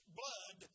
blood